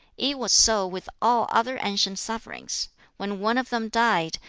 it was so with all other ancient sovereigns when one of them died,